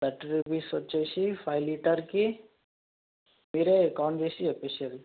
thirty rupees వచ్చేసి five లీటర్కి మీరే కౌంట్ చేసి చెప్పేసినారు